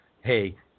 Hey